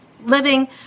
living